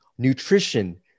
Nutrition